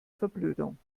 verblödung